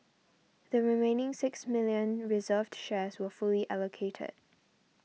the remaining six million reserved shares were fully allocated